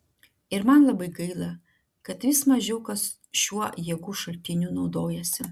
ir man labai gaila kad vis mažiau kas šiuo jėgų šaltiniu naudojasi